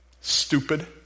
Stupid